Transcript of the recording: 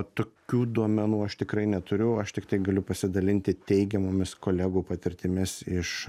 tokių duomenų aš tikrai neturiu aš tiktai galiu pasidalinti teigiamomis kolegų patirtimis iš